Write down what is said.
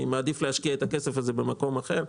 אני מעדיף להשקיע את הכסף הזה במקום אחר.